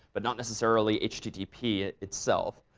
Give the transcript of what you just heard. but not necessarily http itself.